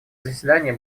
заседания